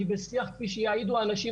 אני בשיח כפי שיעידו האנשים,